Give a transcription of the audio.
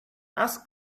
ask